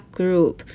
group